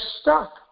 stuck